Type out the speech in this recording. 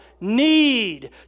need